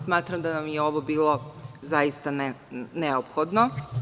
Smatram da je ovo bilo zaista neophodno.